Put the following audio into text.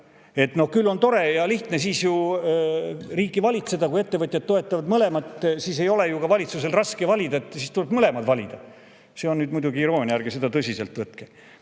on siis tore ja lihtne riiki valitseda, kui ettevõtjad toetavad mõlemat. Siis ei ole ju ka valitsusel raske valida, siis tuleb mõlemad valida. See oli muidugi iroonia, ärge seda tõsiselt võtke.